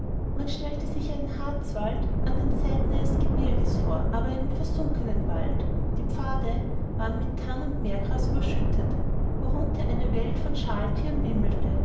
man stelle sich einen harzwald an den seiten eines gebirges vor aber einen versunkenen wald die pfade waren mit tang und meergras überschüttet worunter eine welt von schalthieren wimmelte